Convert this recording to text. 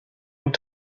und